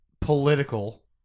political